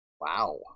Wow